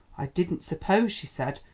i didn't suppose, she said,